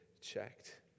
checked